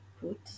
put